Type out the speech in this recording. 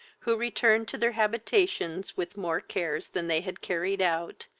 who returned to their habitations with more cares than they had carried out,